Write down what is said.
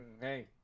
Hey